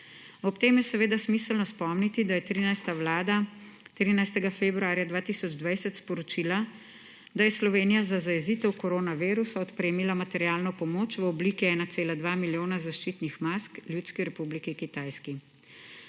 Ob tem je smiselno spomniti, da je 13. vlada 13. februarja 2020 sporočila, da je Slovenija za zajezitev koronavirusa odpremila materialno pomoč v obliki 1,2 milijona zaščitnih mask Ljudski republiki Kitajski.